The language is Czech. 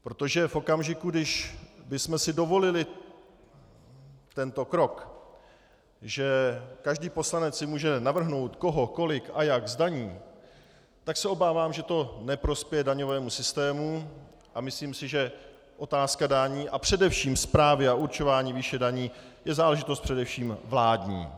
Protože v okamžiku, když bychom si dovolili tento krok, že každý poslanec si může navrhnout, koho, kolik a jak zdaní, tak se obávám, že to neprospěje daňovému systému, a myslím si, že otázka daní a především správy a určování výše daní je záležitost především vládní.